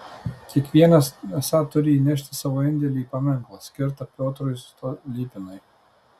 kiekvienas esą turi įnešti savo indėlį į paminklą skirtą piotrui stolypinui